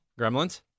Gremlins